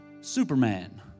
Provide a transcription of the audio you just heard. Superman